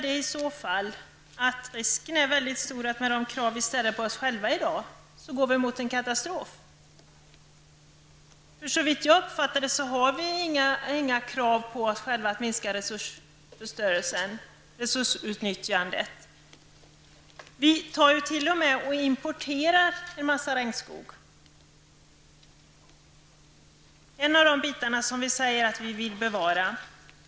Men i så fall är risken mycket stor att vi, med tanke på de krav som vi i dag ställer på oss själva, går mot en katastrof. Jag har fått uppfattningen att vi inte ställer några krav på oss själva när det gäller att minska resursutnyttjandet. Vi importerar t.o.m. en hel del regnskog, trots att vi säger att regnskogen är en av de saker som vi vill bevara.